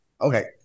okay